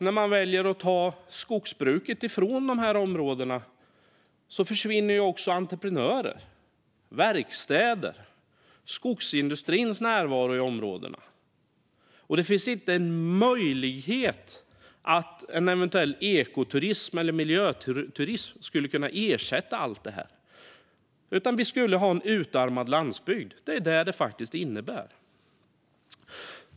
När man väljer att ta ifrån dem skogsbruket försvinner också entreprenörer, verkstäder och skogsindustrins närvaro där. Det finns inte en möjlighet att eventuell ekoturism eller miljöturism skulle kunna ersätta allt detta, utan vi skulle få en utarmad landsbygd. Det är vad det faktiskt innebär.